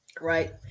Right